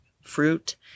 fruit